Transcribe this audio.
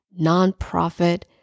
nonprofit